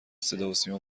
صداسیما